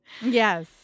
yes